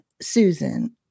Susan